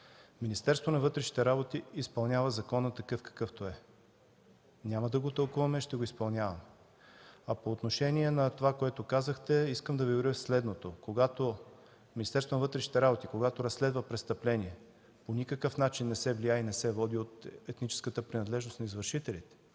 Министерство на вътрешните работи изпълнява закона такъв, какъвто е. Няма да го тълкуваме, а ще го изпълняваме. По отношение на това, което казахте, искам да Ви уверя следното – Министерство на вътрешните работи, когато разследва престъпление, по никакъв начин не се влияе и не се води от етническата принадлежност на извършителите